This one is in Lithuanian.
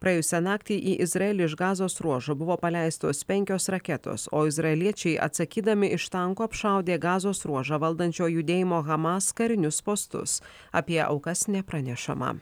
praėjusią naktį į izraelį iš gazos ruožo buvo paleistos penkios raketos o izraeliečiai atsakydami iš tanko apšaudė gazos ruožą valdančio judėjimo hamas karinius postus apie aukas nepranešama